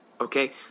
okay